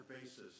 basis